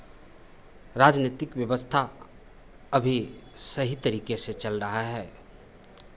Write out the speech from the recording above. राजनैतिक व्यवस्था अभी सही तरीके से चल रहा है